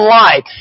life